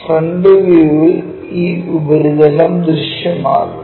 front വ്യൂവിൽ ഈ ഉപരിതലം ദൃശ്യമാകും